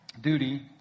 duty